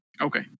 Okay